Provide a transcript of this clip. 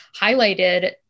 highlighted